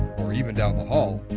or even down the hall,